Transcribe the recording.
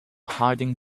hiding